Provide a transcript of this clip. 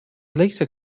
أليس